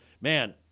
man